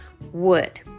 wood